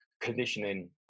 conditioning